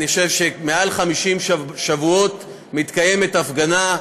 אני חושב שיותר מ-50 שבועות מתקיימת הפגנה,